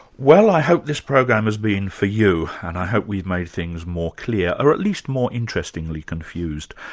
well, i hope this program has been for you, and i hope we've made things more clear, or at least more interestingly confused.